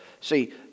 See